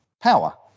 power